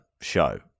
show